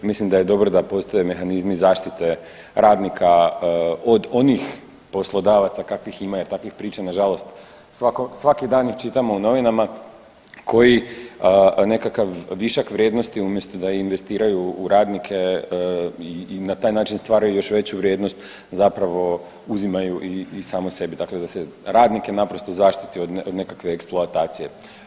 Mislim da je dobro da postoje mehanizmi zaštite radnika od onih poslodavaca kakvih ima jer takvih priča nažalost svaki dan ih čitamo u novinama koji nekakav višak vrijednosti umjesto da investiraju u radnike i na taj način stvaraju još veću vrijednost zapravo uzimaju i samo sebi, dakle da se radnike naprosto zaštiti od nekakve eksploatacije.